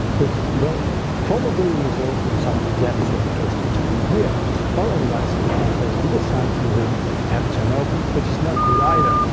which will probably result in some damage if it gets between here or otherwise if it falls on this side you really have a turnover which is not good either.